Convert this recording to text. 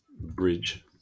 Bridge